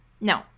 no